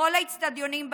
לכל האצטדיונים בארץ,